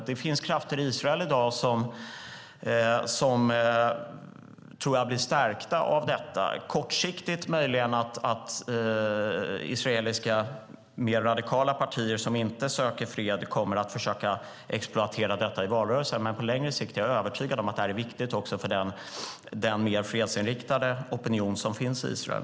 Det finns krafter i Israel i dag som blir stärkta av detta, möjligen kommer israeliska mer radikala partier som inte söker fred att kortsiktigt försöka exploatera detta i valrörelsen. Men på längre sikt är jag övertygad om att detta är viktigt för den mer fredsinriktade opinion som finns i Israel.